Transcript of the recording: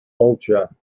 ultra